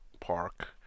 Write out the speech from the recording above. park